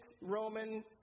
Roman